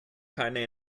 keine